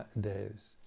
days